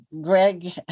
Greg